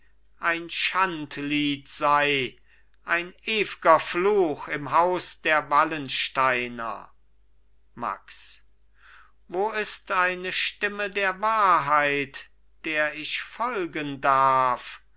ein schandlied sei ein ewger fluch im haus der wallensteiner max wo ist eine stimme der wahrheit der ich folgen darf